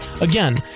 Again